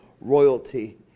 royalty